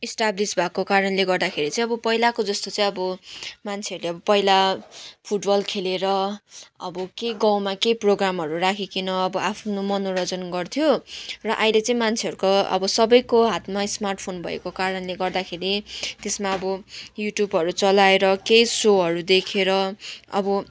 establish भएको कारणले गर्दाखेरि चाहिँ अब पहिलाको जस्तो चाहिँ अब मान्छेहरूले अब पहिला फुटबल खेलेर अब केही गाउँमा केही प्रोग्रामहरू राखिकन अब आफ्नो मनोरञ्जन गर्थ्यो र अहिले चाहिँ मान्छेहरूको अब सबैको हातमा स्मार्ट फोन भएको कारणले गर्दाखेरि त्यसमा अब युट्युबहरू चलाएर केही सोहरू देखेर अब